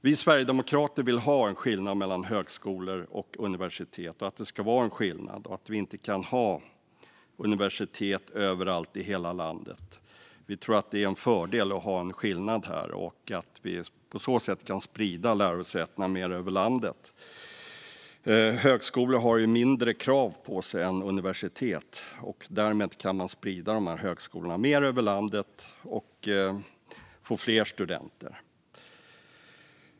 Vi sverigedemokrater vill ha en skillnad mellan högskolor och universitet, och vi tycker inte att vi kan ha universitet överallt i hela landet. Vi tror att det är en fördel att ha en skillnad och att vi på så sätt kan sprida lärosätena mer över landet. Högskolor har mindre krav på sig än universitet. Därmed kan man sprida högskolorna mer över landet och få fler studenter.